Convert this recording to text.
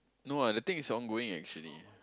no ah the thing is ongoing actually